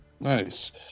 Nice